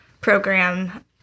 program